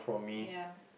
ya